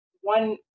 one